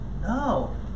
no